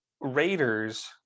raiders